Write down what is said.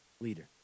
leader